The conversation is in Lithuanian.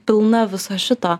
pilna visa šito